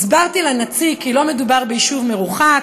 "הסברתי לנציג כי לא מדובר ביישוב מרוחק,